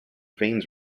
veins